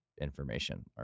information